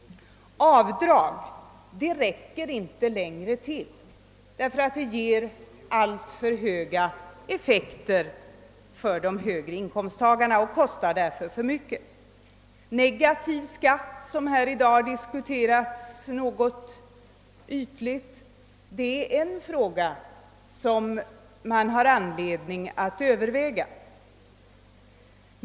Avdragen räcker inte längre till, därför att de ger alltför hög effekt för de högre inkomsttagarna och därför kostar för mycket. En negativ skatt som något ytligt diskuterats här i dag är en fråga som man har all anledning att överväga.